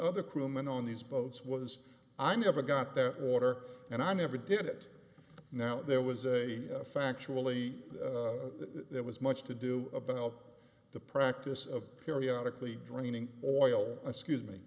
other crewmen on these boats was i never got that water and i never did it now there was a factually there was much to do about the practice of periodically draining oil excuse me